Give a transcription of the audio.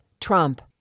Trump